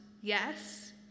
yes